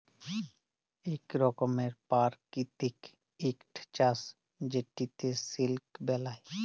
ইক রকমের পারকিতিক ইকট চাষ যেটতে সিলক বেলায়